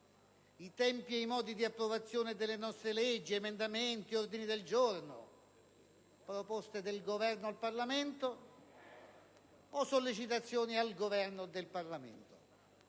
i tempi e i modi di approvazione delle nostre leggi, emendamenti e ordini del giorno, proposte del Governo al Parlamento o sollecitazioni al Governo del Parlamento.